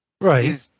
right